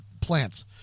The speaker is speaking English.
plants